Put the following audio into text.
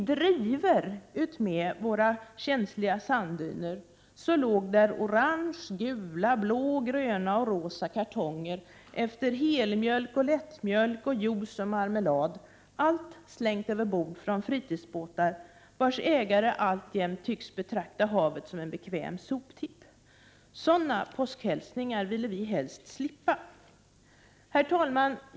I drivor utmed våra känsliga sanddyner låg orange, gula, blåa, gröna och rosa kartonger efter helmjölk, lättmjölk, juice och marmelad. Allt detta har slängts överbord från fritidsbåtar, vars ägare alltjämt tycks betrakta havet som en bekväm soptipp. Sådana påskhälsningar skulle vi helst vilja slippa. Herr talman!